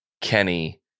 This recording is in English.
Kenny